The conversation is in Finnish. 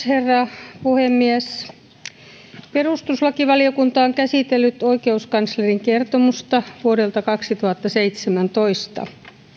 herra puhemies perustuslakivaliokunta on käsitellyt oikeuskanslerin kertomusta vuodelta kaksituhattaseitsemäntoista